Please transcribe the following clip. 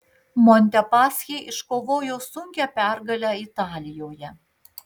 montepaschi iškovojo sunkią pergalę italijoje